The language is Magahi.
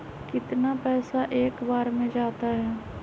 कितना पैसा एक बार में जाता है?